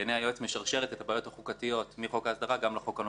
בעיני היועץ משרשרת את הבעיות החוקתיות מחוק ההסדרה גם לחוק הנוכחי.